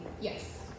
Yes